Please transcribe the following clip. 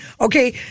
Okay